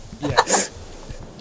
Yes